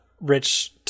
Rich